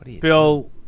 Bill